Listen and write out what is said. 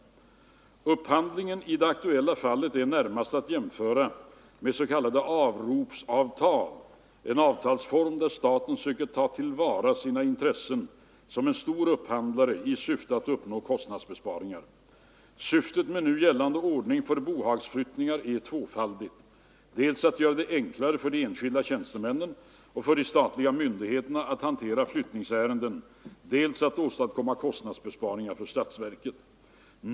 Upphandlingen i det aktuella fallet är närmast att jämföra med s.k. avropsavtal, en avtalsform där staten söker ta till vara sina intressen som en stor upphandlare i syfte att uppnå kostnadsbesparingar. Syftet med nu gällande ordning för bohagsflyttningar är tvåfaldigt: dels att göra det enklare för de enskilda tjänstemännen och för de statliga myndigheterna att hantera flyttningsärenden, dels att åstadkomma kostnadsbesparingar för statsverket.